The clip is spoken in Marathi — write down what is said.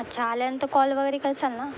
अच्छा आल्यानंतर कॉल वगैरे करसाल ना